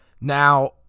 Now